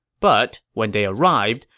but, when they arrived,